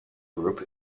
group